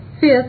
Fifth